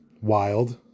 wild